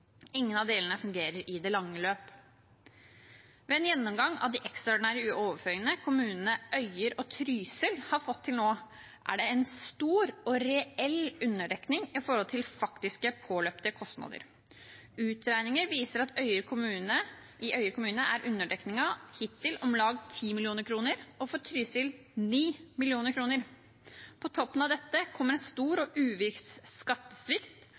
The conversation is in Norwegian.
Ingen av delene fungerer i det lange løp. Ved en gjennomgang av de ekstraordinære overføringene kommunene Øyer og Trysil har fått til nå, er det en stor og reell underdekning i forhold til faktisk påløpte kostnader. Utregninger viser at i Øyer kommune er underdekningen hittil om lag 10 mill. kr og for Trysil 9 mill. kr. På toppen av dette kommer en stor og uviss skattesvikt,